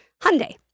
Hyundai